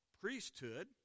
priesthood